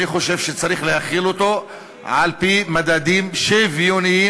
אני חושב שצריך להחיל אותו על-פי מדדים שוויוניים,